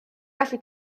gallu